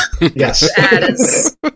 Yes